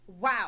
wow